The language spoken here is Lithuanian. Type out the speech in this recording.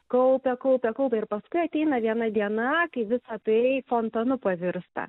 kaupia kaupia kaupia ir paskui ateina viena diena kai visa tai fontanu pavirsta